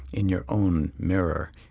in your own mirror,